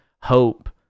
hope